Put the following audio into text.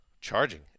charging